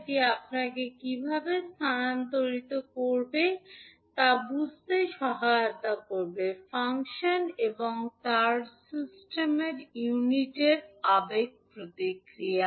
এটি আপনাকে কীভাবে স্থানান্তরটি সন্ধান করবে তা বুঝতে সহায়তা করবে ফাংশন এবং তারপরে সিস্টেমের ইউনিট আবেগ প্রতিক্রিয়া